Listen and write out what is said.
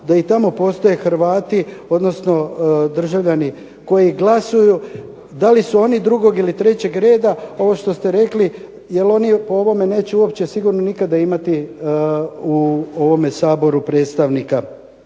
da i tamo postoje Hrvati, odnosno državljani koji glasuju. Da li su oni drugog ili trećeg reda ovo što ste rekli, jer oni po ovome neće uopće sigurno nikada imati u ovome Saboru predstavnika